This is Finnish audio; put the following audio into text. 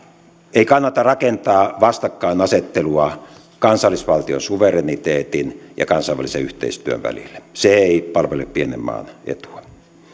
ei kannata rakentaa vastakkainasettelua kansallisvaltion suvereniteetin ja kansainvälisen yhteistyön välille se ei palvele pienen maan etua